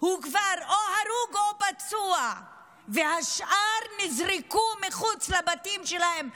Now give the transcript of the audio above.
הוא כבר הרוג או פצוע והשאר נזרקו מחוץ לבתים שלהם.